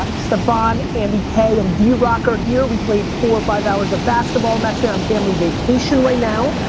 ah staphon, andy k, and drock are here, we played four or five hours of basketball. i'm actually on family vacation right now.